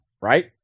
Right